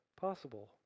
possible